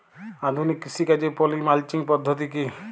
আধুনিক কৃষিকাজে poly mulching পদ্ধতি কি?